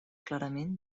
clarament